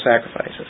sacrifices